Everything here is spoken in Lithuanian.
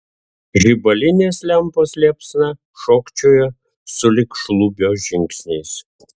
žibalinės lempos liepsna šokčiojo sulig šlubio žingsniais